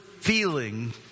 feeling